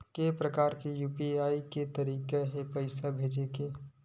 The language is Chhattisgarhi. के प्रकार के यू.पी.आई के तरीका हे पईसा भेजे के?